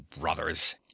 brothers